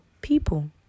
people